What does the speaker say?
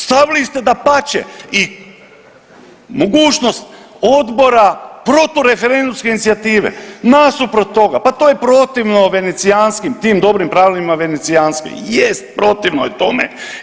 Stavili ste, dapače, i mogućnost odbora protureferendumske inicijative, nasuprot toga, pa to je protivno venecijskim tim, dobrim pravilima venecijanske, jest, protivno je tome.